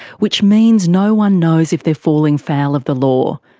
which means no one knows if they're falling foul of the law.